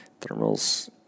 Thermals